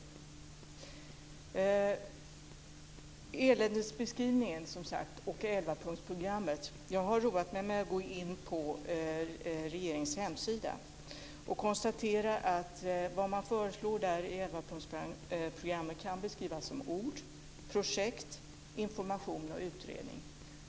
Det gäller som sagt eländesbeskrivningen och elvapunktsprogrammet. Jag har roat mig med att gå in på regeringens hemsida. Jag konstaterar att vad man föreslår i elvapunktsprogrammet kan beskrivas som ord, projekt, information och utredning.